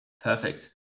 Perfect